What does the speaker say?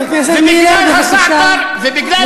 ובגלל הזעתר ובגלל הלבנה,